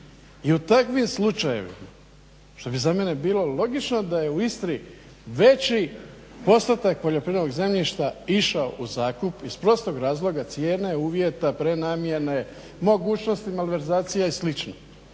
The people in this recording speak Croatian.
i u takvim slučajevima što bi za mene bilo logično da je u Istri veći postotak poljoprivrednog zemljišta išao u zakup iz prostog razloga cijene, uvjeta, prenamjene, mogućnosti malverzacija i sl.